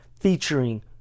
featuring